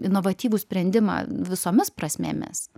inovatyvų sprendimą visomis prasmėmis